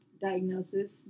diagnosis